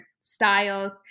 styles